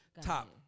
top